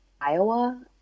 Iowa